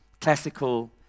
classical